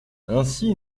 ainsi